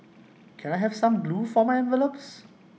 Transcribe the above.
can I have some glue for my envelopes